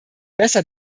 besser